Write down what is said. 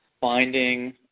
finding